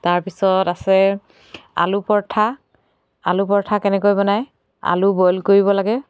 তাৰপিছত আছে আলু পৰঠা আলু পৰঠা কেনেকৈ বনায় আলু বইল কৰিব লাগে